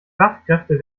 fachkräfte